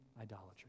idolatry